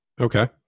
Okay